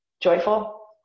joyful